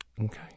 Okay